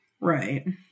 Right